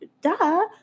Duh